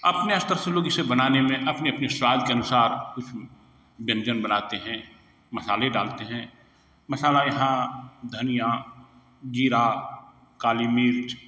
अपने स्तर से लोग इसे बनाने में अपने अपने स्वाद के अनुसार कुछ व्यंजन बनाते हैं मसाले डालते हैं मसाला यहाँ धनियाँ ज़ीरा काली मिर्च